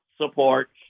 support